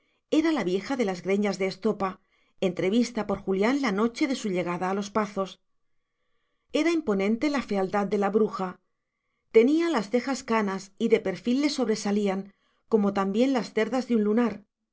era la vieja de las greñas de estopa entrevista por julián la noche de su llegada a los pazos era imponente la fealdad de la bruja tenía las cejas canas y de perfil le sobresalían como también las cerdas de un lunar